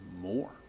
more